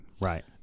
right